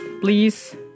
please